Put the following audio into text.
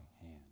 hand